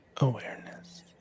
awareness